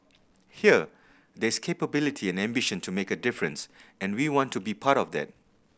here there's capability and ambition to make a difference and we want to be part of that